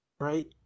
right